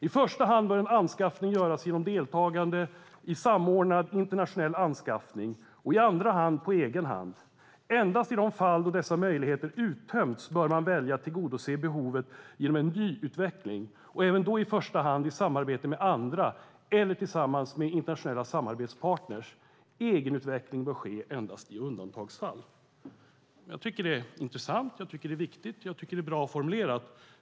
I första hand bör en anskaffning göras genom deltagande i samordnad internationell anskaffning och i andra hand på egen hand. Endast i de fall då dessa möjligheter uttömts bör man välja att tillgodose behovet genom en nyutveckling, och även då i första hand i samarbete med andra eller tillsammans med internationella samarbetspartners. Egenutveckling bör ske endast i undantagsfall." Jag tycker att det är intressant. Jag tycker att det är viktigt, och jag tycker att det är bra formulerat.